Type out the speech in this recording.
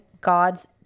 God's